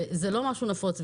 וזה לא משהו נפוץ.